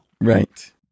Right